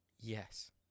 Yes